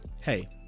hey